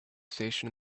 station